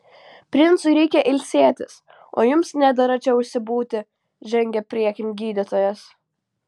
princui reikia ilsėtis o jums nedera čia užsibūti žengė priekin gydytojas